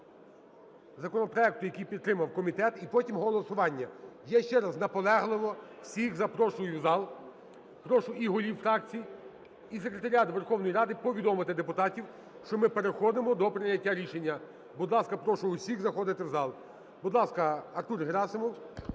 законопроекту, який підтримав комітет, і потім голосування. Я ще раз наполегливо всіх запрошую в зал. Прошу і голів фракцій, і секретаріат Верховної Ради повідомити депутатів, що ми переходимо до прийняття рішення. Будь ласка, прошу усіх заходити в зал. Будь ласка, Артур Герасимов.